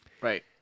Right